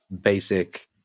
basic